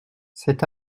cet